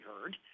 heard